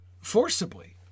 forcibly